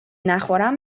نخورم